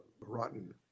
rotten